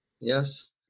Yes